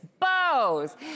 bows